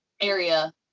area